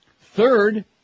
Third